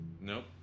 Nope